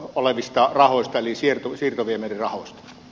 olevista rahoista eli siirtosiirtoviemärirahoista